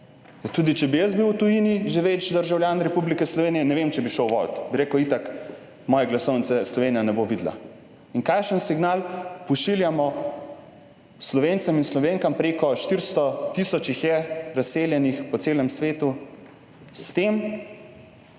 tudi če bi jaz bil v tujini živeč državljan Republike Slovenije, ne vem, če bi šel voliti, bi rekel: »Itak moje glasovnice Slovenija ne bo videla.« In kakšen signal pošiljamo Slovencem in Slovenkam? Preko 400 tisoč jih je razseljenih po celem svetu. S tem,